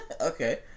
Okay